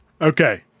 Okay